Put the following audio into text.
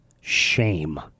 Shame